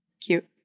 Cute